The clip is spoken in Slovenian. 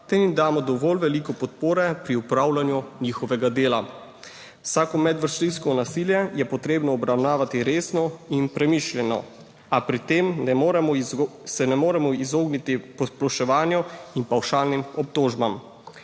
ter jim damo dovolj veliko podpore pri opravljanju njihovega dela. Vsako medvrstniško nasilje je potrebno obravnavati resno in premišljeno, a pri tem se ne moremo izogniti posploševanju in pavšalnim obtožbam.